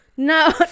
No